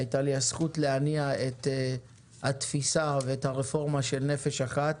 הייתה לי הזכות להניע את התפיסה ואת הרפורמה של נפש אחת,